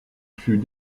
fut